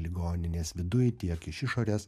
ligoninės viduj tiek iš išorės